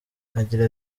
agira